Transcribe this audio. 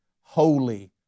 holy